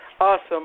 Awesome